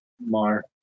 mar